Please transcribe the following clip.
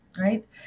right